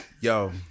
Yo